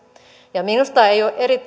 minusta ei ole